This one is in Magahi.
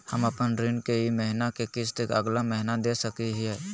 हम अपन ऋण के ई महीना के किस्त अगला महीना दे सकी हियई?